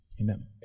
amen